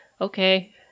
Okay